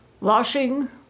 washing